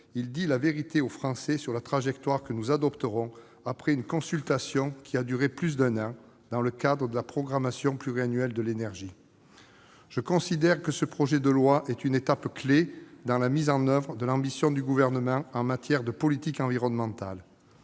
il dit la vérité aux Français sur la trajectoire que nous adopterons, après une consultation qui a duré plus d'un an, dans le cadre de la programmation pluriannuelle de l'énergie. Il marque, pour moi, une étape clé dans la mise en oeuvre de l'ambition du Gouvernement en matière de politique environnementale.